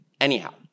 Anyhow